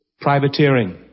privateering